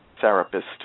therapist